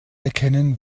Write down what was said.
erkennen